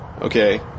Okay